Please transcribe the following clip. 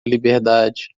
liberdade